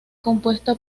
compuesta